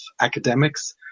academics